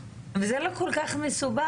וזה לא כל כך מסובך.